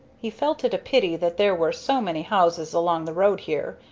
he felt it a pity that there were so many houses along the road here,